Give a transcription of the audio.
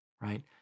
right